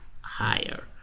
higher